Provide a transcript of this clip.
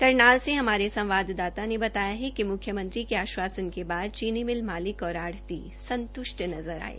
करनाल से हमारे संवाददाता ने बताया कि मुख्यमंत्री के आशवासन के बाद चीनी मिल माहिक और आढ़ती संत्ष्ट नज़र आये